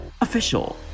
official